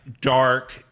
dark